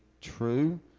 true